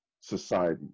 society